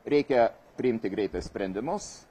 reikia priimti greitai sprendimus